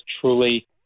truly